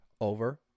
over